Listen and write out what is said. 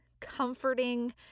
comforting